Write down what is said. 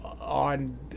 on